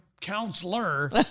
counselor